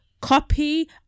copy